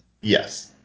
Yes